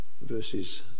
verses